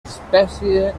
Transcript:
espècie